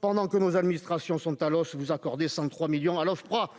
pendant que nos administrations sont à l'os vous accorder 5 3 millions à l'Ofpra,